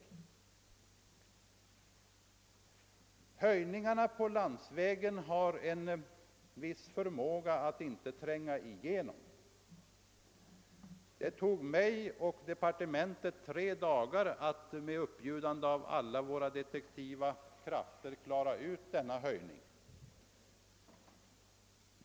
Informationen om höjningar av taxorna för landsvägstrafiken har en viss benägenhet att inte tränga igenom. Det tog mig och departementet tre dagar att med uppbjudande av alla våra detektiva krafter klara ut hur stor höjningen var.